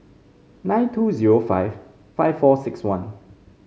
nine two zero five five four six one